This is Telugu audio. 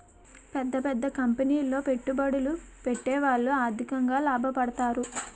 పెద్ద పెద్ద కంపెనీలో పెట్టుబడులు పెట్టేవాళ్లు ఆర్థికంగా లాభపడతారు